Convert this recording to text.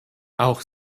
auch